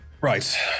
Right